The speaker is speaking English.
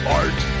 art